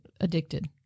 addicted